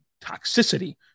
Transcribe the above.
toxicity